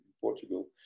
Portugal